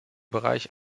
bereich